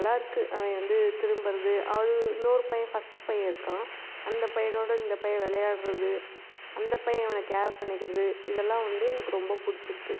நல்லா இருக்கு அவன் வந்து திரும்பறது அது இன்னொரு பையன் ஃபர்ஸ்ட்டு பையன் இருக்கான் அந்த பையனோட இந்த பையன் விளையாட்றது அந்த பையன் இவன கேர் பண்ணிக்கிறது இதெல்லாம் வந்து எனக்கு ரொம்ப பிடிச்சிருக்கு